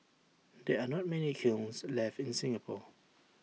there are not many kilns left in Singapore